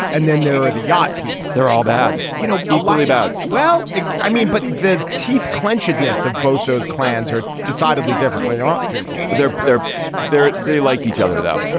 and then there are the yacht people. they're all bad you know equally bad. well like i mean but the teeth clench oddness of both those clans are decidedly differently aren't painful. they're but they're there. they like each other though.